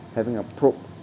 having a probe